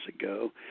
ago